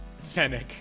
Fennec